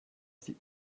sieht